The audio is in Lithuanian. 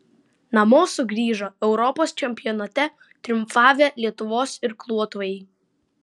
namo sugrįžo europos čempionate triumfavę lietuvos irkluotojai